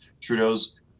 Trudeau's